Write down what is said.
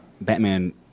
Batman